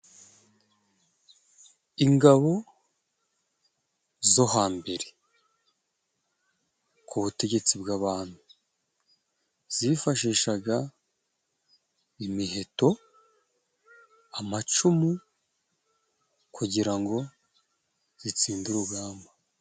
Ingabo zo hambere ku butegetsi bw'abami zifashishaga imiheto, amacumu kugira ngo zitsinde urugamba.